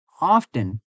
Often